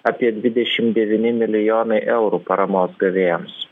apie dvidešimt devyni milijonų eurų paramos gavėjams